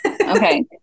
Okay